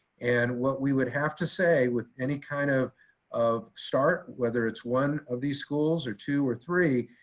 and what we would have to say with any kind of of start, whether it's one of these schools or two or three,